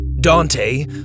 Dante